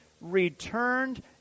returned